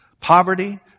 poverty